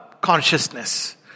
consciousness